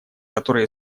которая